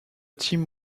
team